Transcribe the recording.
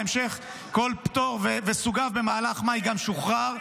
בהמשך כל פטור לסוגיו במהלך מאי גם שוחרר.